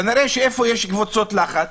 כנראה איפה שיש קבוצות לחץ